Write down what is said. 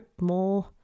more